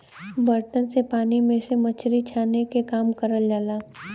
बर्तन से पानी में से मछरी छाने के काम करल जाला